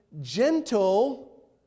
gentle